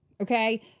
okay